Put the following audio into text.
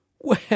Well